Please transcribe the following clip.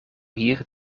hier